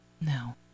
no